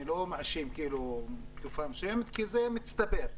אני לא מאשים תקופה מסוימת אלא זה מצטבר.